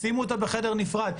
שימו אותה בחדר נפרד.